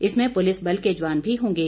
इसमें पुलिस बल के जवान भी होंगे